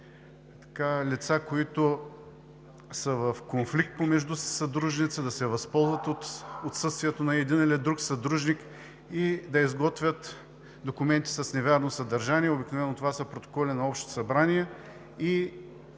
лица, които са в конфликт помежду си, съдружници, да се възползват от отсъствието на един или друг съдружник и да изготвят документи с невярно съдържание. Обикновено това са протоколи на общи събрания